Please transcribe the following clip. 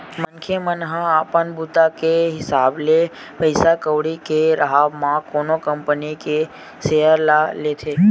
मनखे मन ह अपन बूता के हिसाब ले पइसा कउड़ी के राहब म कोनो कंपनी के सेयर ल लेथे